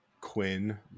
Quinn